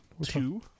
Two